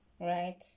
right